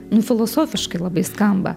nu filosofiškai labai skamba